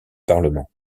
parlement